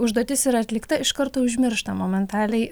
užduotis yra atlikta iš karto užmiršta momentaliai